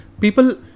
people